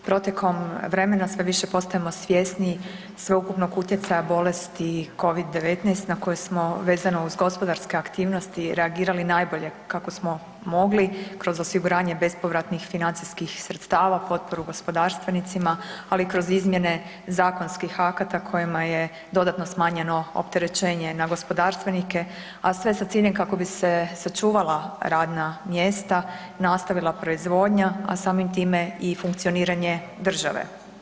Protekom vremena sve više postajemo svjesni sveukupnog utjecaja bolesti covid-19 na koje smo vezano uz gospodarske aktivnosti reagirali najbolje kako smo mogli kroz osiguranje bespovratnih financijskih sredstava, potporu gospodarstvenicima ali i kroz izmjene zakonskih akata kojima je dodatno smanjeno opterećenje na gospodarstvenike, a sve sa ciljem kako bi se sačuvala radna mjesta, nastavila proizvodnja, a samim time i funkcioniranje države.